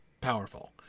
powerful